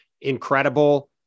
incredible